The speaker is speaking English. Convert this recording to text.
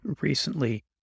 recently